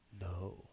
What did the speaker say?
No